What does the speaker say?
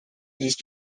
east